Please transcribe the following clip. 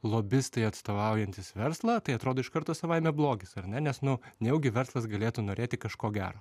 lobistai atstovaujantys verslą tai atrodo iš karto savaime blogis ar ne nes nu nejaugi verslas galėtų norėti kažko gero